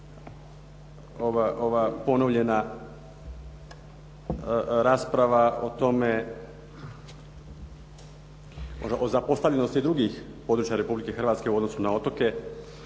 ova ponovljena rasprava o zapostavljenosti drugih područja Republike Hrvatske u odnosu na otoke